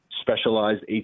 specialized